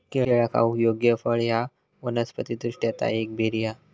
केळा खाऊक योग्य फळ हा वनस्पति दृष्ट्या ता एक बेरी हा